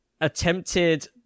attempted